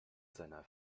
seiner